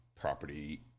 property